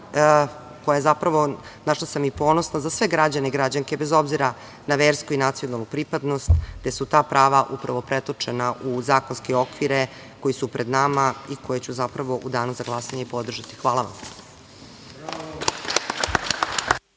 koja zapravo, na šta sam i ponosna, za sve građane i građanke bez obzira na versku i nacionalnu pripadnost, gde su ta prava upravo pretočena u zakonske okvire koji su pred nama i koje ću zapravo u danu za glasanje i podržati. Hvala vam.